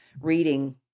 reading